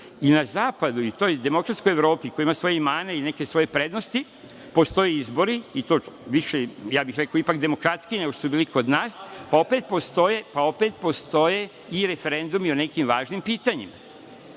Na zapadu i u toj demokratskoj Evropi koja ima svoje mane i neke svoje prednosti postoje izbori, ja bih rekao ipak demokratskiji nego što su bili kod nas, pa opet postoje i referendumi o nekim važnim pitanjima. Drugim